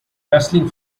wrestling